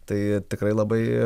tai tikrai labai